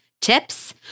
tips